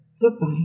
Goodbye